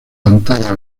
pantalla